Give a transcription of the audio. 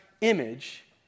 image